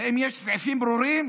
האם יש סעיפים ברורים?